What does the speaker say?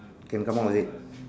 can come out is it